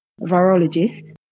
virologist